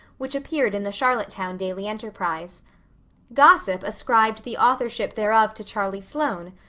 which appeared in the charlottetown daily enterprise gossip ascribed the authorship thereof to charlie sloane,